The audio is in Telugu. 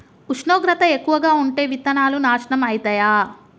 ఉష్ణోగ్రత ఎక్కువగా ఉంటే విత్తనాలు నాశనం ఐతయా?